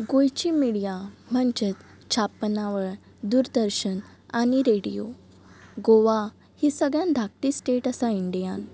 गोंयची मिडया म्हणजेत छापनावळ दूरदर्शन आनी रेडयो गोवा ही सगळ्यान धाकटी स्टेट आसा इंडियान